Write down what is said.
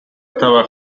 estaba